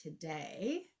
today